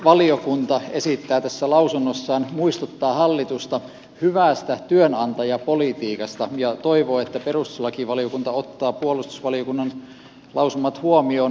puolustusvaliokunta esittää tässä lausunnossaan muistuttaa hallitusta hyvästä työnantajapolitiikasta ja toivoo että perustuslakivaliokunta ottaa puolustusvaliokunnan lausumat huomioon